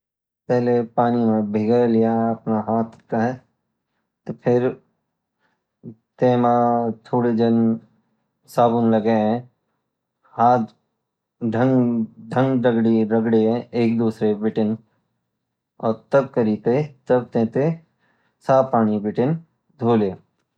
पहले पानी मा भगेलियाँ अपना हाथ पैर फिर तेमा थोडू जन साबुन लगें हाथ ढंग रगडि-रगडियाँएक दूसरे बिटिन और तब कृ ते तब तेते साफ पानी बीतीं धो लिया